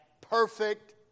perfect